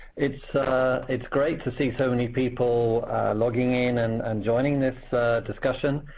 it's it's great to see so many people logging in and um joining this discussion,